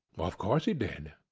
of course he did.